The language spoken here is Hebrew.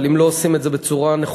אבל אם לא עושים את זה בצורה נכונה,